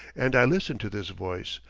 and i listened to this voice,